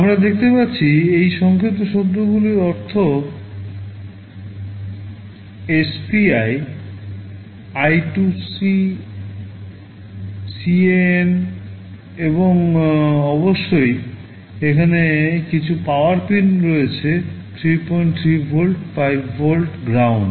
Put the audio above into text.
আমরা দেখতে পাচ্ছি যে এই সংক্ষিপ্ত শব্দটির অর্থ SPI I2C CAN এবং অবশ্যই এখানে কিছু পাওয়ার পিন রয়েছে 33 ভোল্ট 5 ভোল্ট গ্রাউন্ড